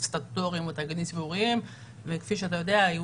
סטטוטוריים או תאגידים ציבוריים וכפי שאתה יודע היו